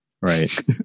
Right